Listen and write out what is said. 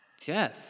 Jeff